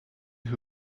who